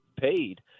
paid